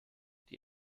die